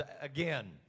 again